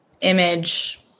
image